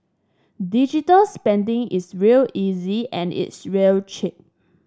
digital spending is real easy and it's real cheap